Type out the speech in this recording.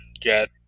get